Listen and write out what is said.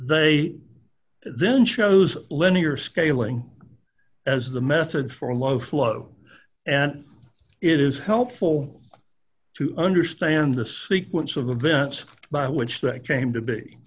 they then chose linear scaling as the method for low flow and it is helpful to understand the sequence of events by which they came to be